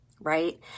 right